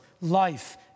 life